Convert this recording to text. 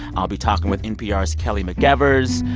i'll be talking with npr's kelly mcevers.